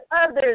others